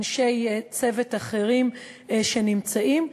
אנשי צוות אחרים שנמצאים,